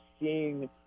seeing